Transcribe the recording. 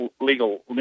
legal